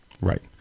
Right